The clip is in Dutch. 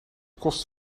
kost